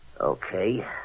Okay